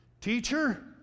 Teacher